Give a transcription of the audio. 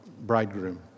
bridegroom